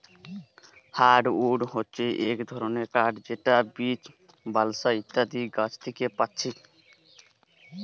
hardwood হচ্ছে এক ধরণের কাঠ যেটা বীচ, বালসা ইত্যাদি গাছ থিকে পাচ্ছি